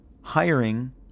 hiring